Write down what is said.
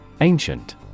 Ancient